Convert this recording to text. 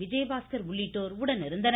விஜயபாஸ்கர் உள்ளிட்டோர் உடனிருந்தனர்